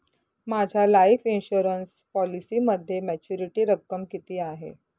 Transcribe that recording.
माझ्या life insurance पॉलिसीमध्ये maturity रक्कम किती आहे?